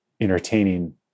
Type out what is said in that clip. entertaining